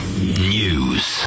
news